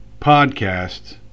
podcast